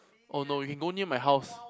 oh no you can go near my house